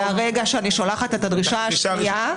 --- מרגע שאני שולחת את הדרישה השנייה.